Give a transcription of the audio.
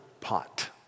pot